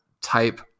type